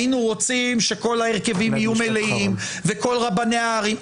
היינו רוצים שכל ההרכבים יהיו מלאים וכל רבני הערים,